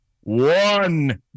One